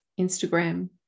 Instagram